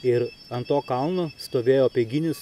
ir ant to kalno stovėjo apeiginis